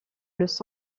los